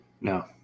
No